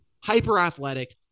hyper-athletic